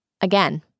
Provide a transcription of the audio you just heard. again